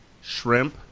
shrimp